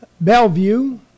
Bellevue